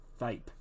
vape